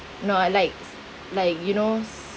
no uh like like you know